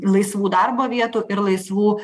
laisvų darbo vietų ir laisvų